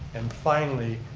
and finally